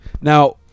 Now